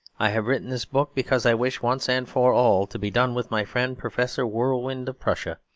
i have written this book because i wish, once and for all, to be done with my friend professor whirlwind of prussia,